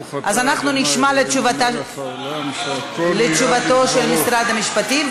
אז אנחנו נשמע את תשובתו של משרד המשפטים,